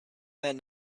that